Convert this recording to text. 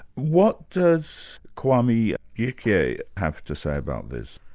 what does kwame gyekye have to say about this?